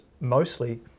mostly